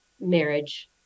marriage